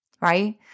Right